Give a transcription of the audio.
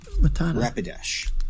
Rapidash